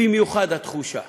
במיוחד התחושה